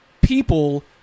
people